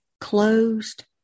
closed